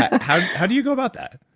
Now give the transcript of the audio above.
how how do you go about that?